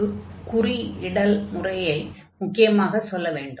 ஒரு குறியிடல் முறையை முக்கியமாகச் சொல்ல வேண்டும்